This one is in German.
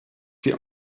vier